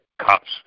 cops